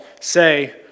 say